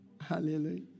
Hallelujah